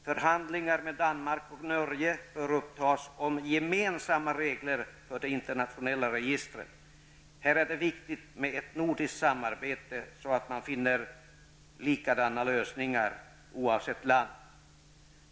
Förhandlingar med Danmark och Norge bör upptas om gemensamma regler för de internationella registren. Det är viktigt med ett nordiskt samarbete för att finna samstämmiga lösningar, oavsett land.